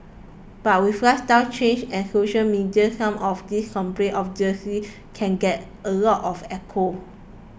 but with lifestyle changes and social media some of these complaints obviously can get a lot of echo